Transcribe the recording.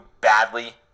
Badly